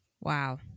wow